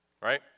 Right